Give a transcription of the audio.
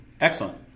Excellent